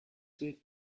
with